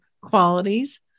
qualities